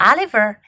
Oliver